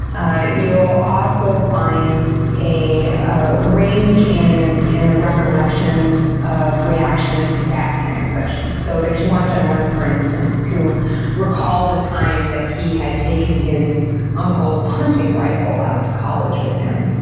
you'll also find a range in in the recollections of reactions to past transgressions. so there's one gentleman, for instance, who recalled the time that he had taken his uncle's hunting rifle out to college with him.